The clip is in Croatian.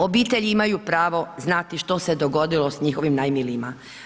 Obitelji imaju pravo znati što se dogodilo s njihovim najmilijima.